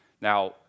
Now